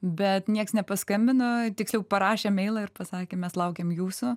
bet nieks nepaskambino tiksliau parašė įmeilą ir pasakė mes laukiam jūsų